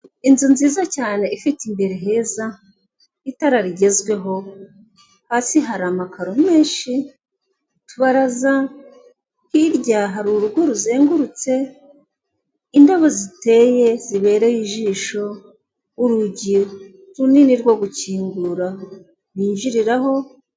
Inzu nziza cyane ifite imbere heza itara rigezweho, hasi hari amakaro menshi utubaraza, hirya hari urugo ruzengurutse, indabo ziteye zibereye ijisho, urugi runini rwo gukingura binjiriraho.